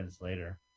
later